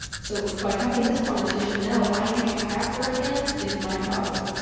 so, by having this conversation, now if i give you crap for it again, it's my problem.